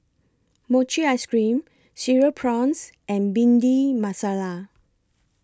Mochi Ice Cream Cereal Prawns and Bhindi Masala